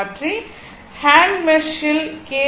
மாற்றி hand mesh ல் K